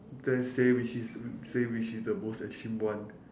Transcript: you can say which is w~ say which is the most extreme one